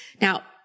Now